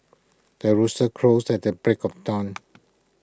the rooster crows at the break of dawn